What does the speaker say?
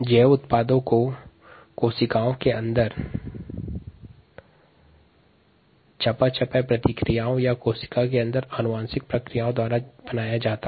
जैव उत्पाद को कोशिका के अंदर चयापचय या अनुवांशिक प्रक्रिया द्वारा बनाया जा सकता है